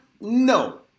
No